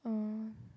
oh